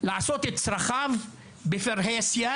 לעשות את צרכיו בפרהסיה.